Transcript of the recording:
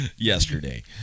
yesterday